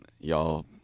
y'all